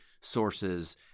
sources